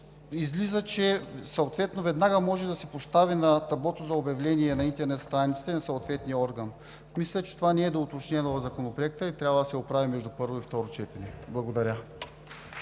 излиза, че съответно веднага може да се постави на таблото за обявления и на интернет страницата на съответния орган. Мисля, че това не е доуточнено в Законопроекта и трябва да се оправи между първо и второ четене. Благодаря.